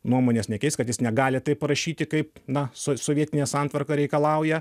nuomonės nekeis kad jis negali taip parašyti kaip na so sovietinė santvarka reikalauja